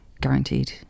Guaranteed